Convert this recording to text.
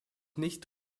nicht